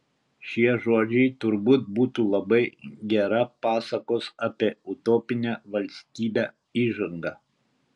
šie žodžiai turbūt būtų labai gera pasakos apie utopinę valstybę įžanga